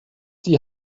die